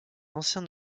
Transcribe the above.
ancien